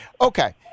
okay